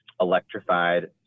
electrified